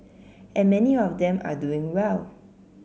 and many of them are doing well